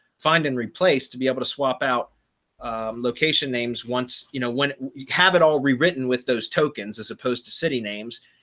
find and replace, to be able to swap out location names. once you know when you have it all rewritten with those tokens as opposed to city names.